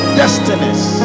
destinies